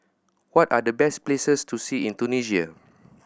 what are the best places to see in Tunisia